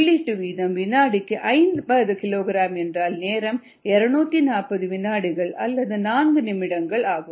உள்ளீட்டு வீதம் வினாடிக்கு 50 கிலோகிராம் என்றால் நேரம் 240 வினாடிகள் அல்லது 4 நிமிடங்கள் ஆகும்